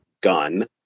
gun